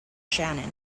shannon